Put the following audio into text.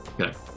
Okay